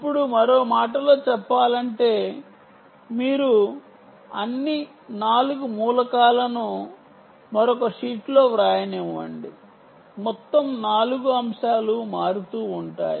ఇప్పుడు మరో మాటలో చెప్పాలంటే మీరు అన్ని 4 మూలకాలను మరొక షీట్లో వ్రాయనివ్వండి మొత్తం 4 అంశాలు మారుతూ ఉంటాయి